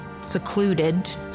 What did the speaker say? secluded